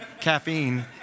caffeine